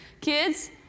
Kids